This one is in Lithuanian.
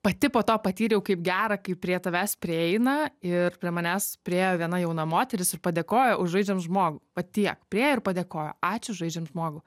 pati po to patyriau kaip gera kai prie tavęs prieina ir prie manęs priėjo viena jauna moteris ir padėkojo už žaidžiam žmogų va tiek priėjo ir padėkojo ačiū žaidžiam žmogų